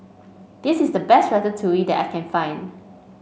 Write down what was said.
this is the best Ratatouille that I can find